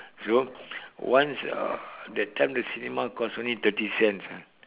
so once uh that time the cinema cost only thirty cents ah